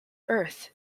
earth